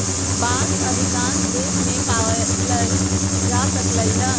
बांस अधिकांश देश मे पाएल जा सकलई ह